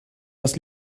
das